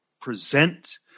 present